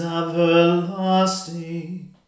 everlasting